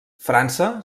frança